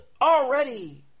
already